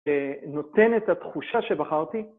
נותן את התחושה שבחרתי.